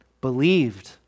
Believed